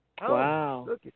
Wow